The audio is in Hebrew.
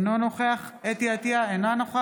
אינו נוכח חוה אתי עטייה, אינה נוכחת